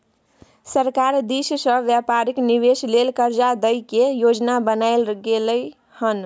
सरकार दिश से व्यापारिक निवेश लेल कर्जा दइ के योजना बनाएल गेलइ हन